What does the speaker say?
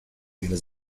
viene